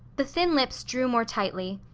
the thin lips drew more tightly.